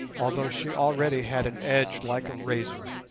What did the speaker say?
although she already had an edge like a razor.